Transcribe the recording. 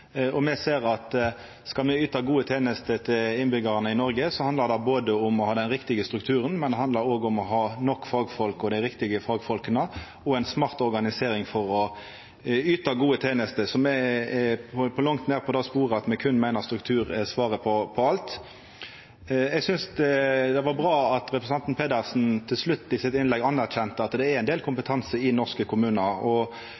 Me ser at skal me yta gode tenester til innbyggjarane i Noreg, handlar det både om å ha den riktige strukturen og om å ha nok fagfolk og dei riktige fagfolka og ei smart organisering for å yta gode tenester, så me er ikkje på langt nær på det sporet at me meiner at struktur er svaret på alt. Eg synest det var bra at representanten Pedersen til slutt i innlegget sitt anerkjende at det er ein del kompetanse i norske kommunar, og